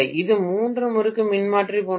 இது மூன்று முறுக்கு மின்மாற்றி போன்றது